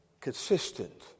consistent